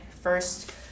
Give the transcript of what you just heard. first